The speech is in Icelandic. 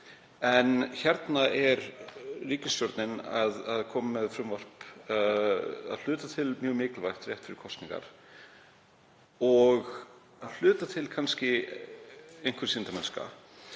En hérna kemur ríkisstjórnin með frumvarp, að hluta til mjög mikilvægt, rétt fyrir kosningar og að hluta til er það kannski einhver sýndarmennska.